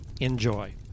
Enjoy